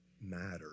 matter